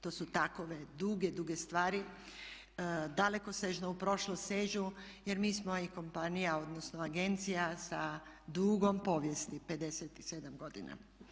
To su takve duge, duge stvari dalekosežno u prošlost sežu jer mi smo i kompanija, odnosno agencija, sa dugom povijesti, 57 godina.